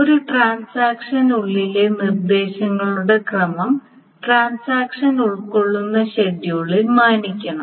ഒരു ട്രാൻസാക്ഷനുള്ളിലെ നിർദ്ദേശങ്ങളുടെ ക്രമം ട്രാൻസാക്ഷൻ ഉൾക്കൊള്ളുന്ന ഷെഡ്യൂളിൽ മാനിക്കണം